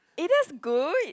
it is good